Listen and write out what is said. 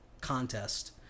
contest